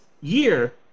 year